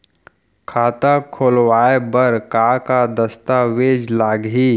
खाता खोलवाय बर का का दस्तावेज लागही?